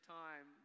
time